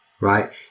right